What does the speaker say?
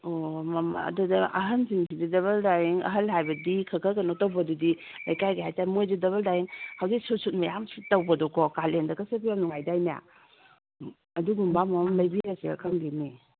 ꯑꯣ ꯃꯃꯟ ꯑꯗꯨꯗ ꯑꯍꯟꯁꯤꯡꯁꯤꯗꯤ ꯗꯕꯜ ꯗꯥꯏꯌꯤꯡ ꯑꯍꯜ ꯍꯥꯏꯕꯗꯤ ꯈꯔ ꯈꯔ ꯀꯩꯅꯣ ꯇꯧꯕꯗꯨꯗꯤ ꯂꯩꯀꯥꯏꯒꯤ ꯍꯥꯏꯇꯔꯦ ꯃꯣꯏꯁꯤ ꯗꯕꯜ ꯗꯥꯏꯌꯤꯡ ꯍꯧꯖꯤꯛ ꯁꯨꯠ ꯁꯨꯠ ꯃꯌꯥꯝ ꯁꯨꯠ ꯇꯧꯕꯗꯣꯀꯣ ꯀꯥꯂꯦꯟꯗꯒꯁꯨ ꯑꯗꯨ ꯌꯥꯝ ꯅꯨꯡꯉꯥꯏꯗꯥꯏꯅꯦ ꯑꯗꯨꯒꯨꯝꯕ ꯑꯃꯃꯝ ꯂꯩꯕꯤꯔꯁꯤꯔꯥ ꯈꯪꯗꯦꯅꯦ